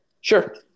Sure